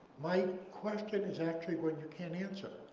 my question is actually one you can't answer.